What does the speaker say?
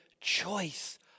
choice